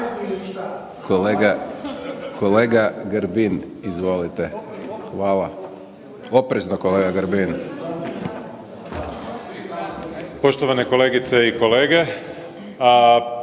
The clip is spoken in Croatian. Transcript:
kolega Grbin, izvolite, hvala. Oprezno kolega Grbin.